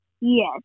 Yes